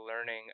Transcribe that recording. learning